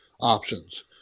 options